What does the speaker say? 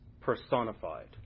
personified